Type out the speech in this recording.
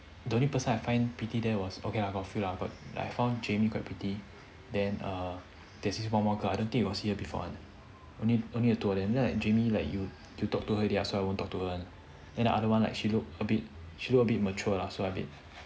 the only person I find pretty there was okay lah got a few lah like I found jamie quite pretty then err there's even one more girl I don't think you got see her before one only only the two of them then the jamie like you talk to her already ah so I won't talk to her one then the other one like she looked a bit she look a bit mature ah so a bit